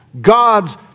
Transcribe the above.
God's